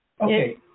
Okay